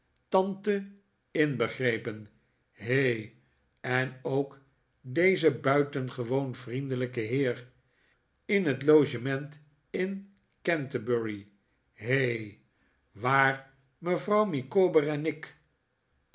tante inbegrepen he en ook deze buitengewoon vriendelijke heer in het loge ment in canterbury he waar mevrouw micawber en ik